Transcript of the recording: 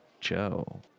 Joe